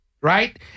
right